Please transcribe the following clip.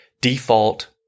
default